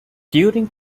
during